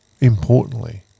importantly